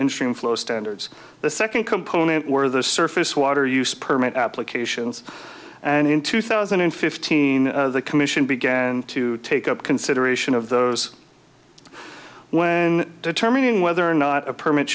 insurance flow standards the second component were the surface water use permit applications and in two thousand and fifteen the commission began to take up consideration of those when determining whether or not a permit